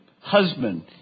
husband